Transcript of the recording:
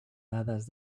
dades